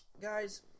guys